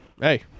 Hey